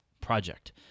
project